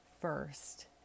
first